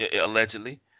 Allegedly